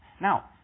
Now